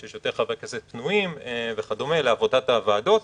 שיש יותר חברי כנסת פנויים וכדומה לעבודת הוועדות.